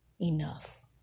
enough